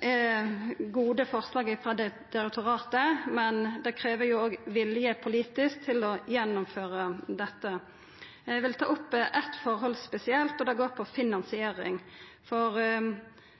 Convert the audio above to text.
er gode forslag frå direktoratet, men det krev òg politisk vilje til å gjennomføra dei. Eg vil ta opp eitt forhold spesielt, og det handlar om finansiering, for